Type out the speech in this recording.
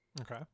Okay